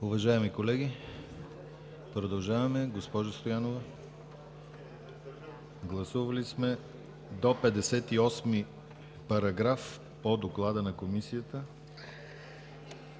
Уважаеми колеги, продължаваме. Госпожо Стоянова, гласували сме до § 58, по доклада на Комисията.